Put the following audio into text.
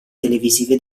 televisive